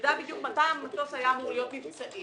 שנדע בדיוק מתי המטוס היה אמור להיות מבצעי,